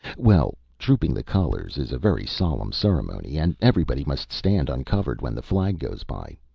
well, trooping the colors is a very solemn ceremony, and everybody must stand uncovered when the flag goes by,